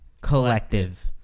Collective